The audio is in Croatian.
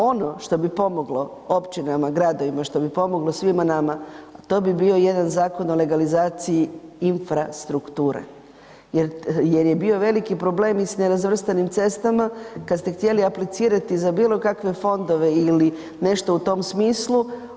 Ono što bi pomoglo općinama, gradovima što bi pomoglo svima nama, a to bi bio jedan zakon o legalizaciji infrastrukture, jer je bio veliki problem i s nerazvrstanim cestama kad ste htjeli aplicirati za bilo kakve fondove ili nešto u tom smislu.